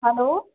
hello